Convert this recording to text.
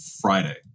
Friday